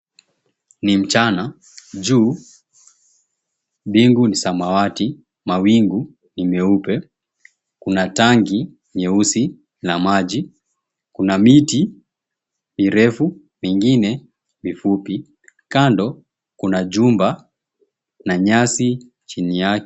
Ni mchana. Juu mbingu ni samawati. Mawingu ni meupe. Kuna tangi leusi la maji. Kuna miti mirefu mingine mifupi. Kando kuna jumba na nyasi chini yake.